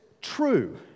true